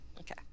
Okay